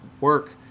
work